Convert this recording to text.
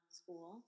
school